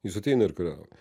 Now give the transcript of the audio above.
jis ateina ir kariauja